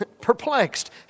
perplexed